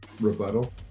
rebuttal